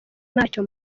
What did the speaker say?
ntacyo